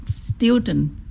student